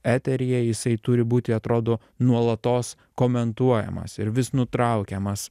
eteryje jisai turi būti atrodo nuolatos komentuojamas ir vis nutraukiamas